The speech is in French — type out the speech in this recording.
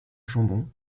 chambon